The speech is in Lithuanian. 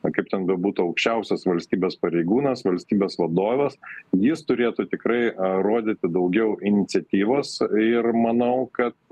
na kaip ten bebūtų aukščiausias valstybės pareigūnas valstybės vadovas jis turėtų tikrai rodyti daugiau iniciatyvos ir manau kad